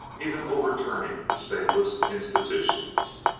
even overturning the stablest institutions.